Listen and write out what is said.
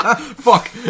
fuck